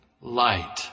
light